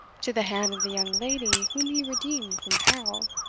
to the hand of the young lady whom he redeemed from peril?